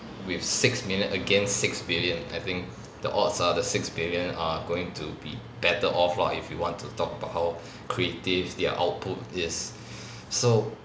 with six million against six billion I think the odds are the six billion are going to be better off lah if you want to talk about how creative their output is so